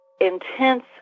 intense